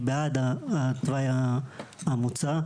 אני בעד התוואי המוצע,